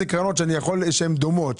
אלה קרנות שהן דומות,